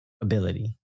ability